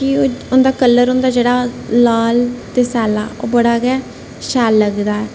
कि उं'दा कलर होंदा जेह्ड़ा लाल ते सैल्ला ओह् बड़ा गै शैल लगदा ऐ